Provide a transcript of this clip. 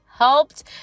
helped